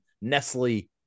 Nestle